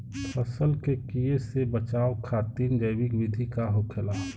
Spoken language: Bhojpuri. फसल के कियेसे बचाव खातिन जैविक विधि का होखेला?